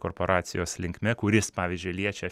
korporacijos linkme kuris pavyzdžiui liečia